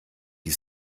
die